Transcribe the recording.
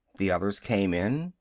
the others came in,